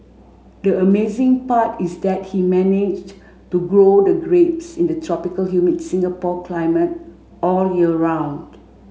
the amazing part is that he managed to grow the grapes in the tropical humid Singapore climate all year round